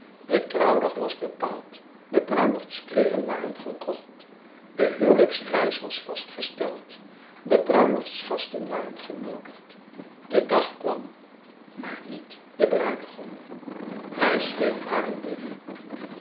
de trouwdag was bepaald de bruiloftskleederen waren gekocht de huweljjksreis was vastgesteld de bruiloftsgasten waren genoodigd de dag kwam maar niet de bruidegom hij schreef haar een brief